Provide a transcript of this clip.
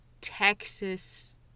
Texas